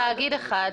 תאגיד אחד.